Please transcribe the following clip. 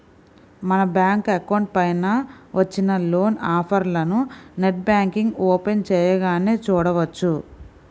మన bank account పైన వచ్చిన లోన్ ఆఫర్లను నెట్ బ్యాంకింగ్ ఓపెన్ చేయగానే చూడవచ్చు